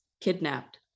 kidnapped